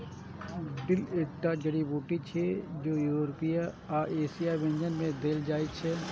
dill एकटा जड़ी बूटी छियै, जे यूरोपीय आ एशियाई व्यंजन मे देल जाइ छै